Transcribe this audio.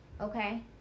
okay